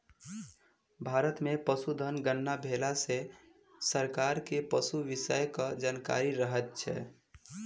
भारत मे पशुधन गणना भेला सॅ सरकार के पशु विषयक जानकारी रहैत छै